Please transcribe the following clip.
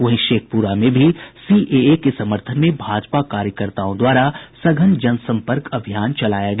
वहीं शेखपुरा में भी सीएए के समर्थन में भाजपा कार्यकर्ताओं द्वारा सघन जनसम्पर्क अभियान चलाया गया